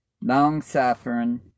long-suffering